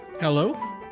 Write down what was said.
Hello